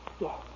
Yes